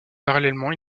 parallèlement